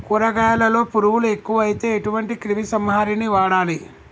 కూరగాయలలో పురుగులు ఎక్కువైతే ఎటువంటి క్రిమి సంహారిణి వాడాలి?